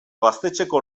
gaztetxeko